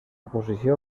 posició